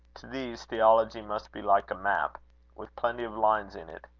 to these, theology must be like a map with plenty of lines in it.